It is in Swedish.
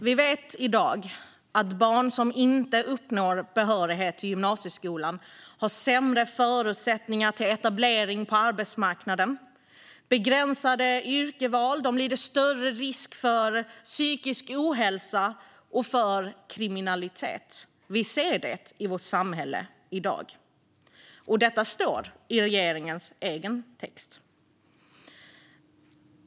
Vi vet i dag att barn som inte uppnår behörighet till gymnasieskolan har sämre förutsättningar till etablering på arbetsmarknaden, har begränsade yrkesval och löper större risk för psykisk ohälsa och kriminalitet. Vi ser detta i vårt samhälle i dag, och det står i regeringens egen text.